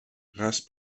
race